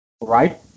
right